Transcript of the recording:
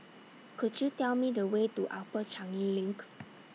Could YOU Tell Me The Way to Upper Changi LINK